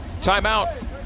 Timeout